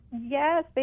Yes